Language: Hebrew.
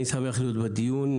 אני שמח להיות בדיון.